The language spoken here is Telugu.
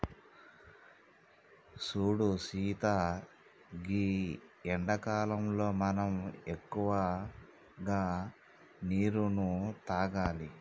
సూడు సీత గీ ఎండాకాలంలో మనం ఎక్కువగా నీరును తాగాలి